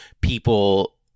people